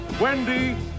Wendy